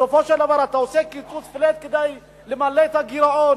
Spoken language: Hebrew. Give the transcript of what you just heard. בסופו של דבר אתה עושה קיצוץ flat כדי למלא את הגירעון,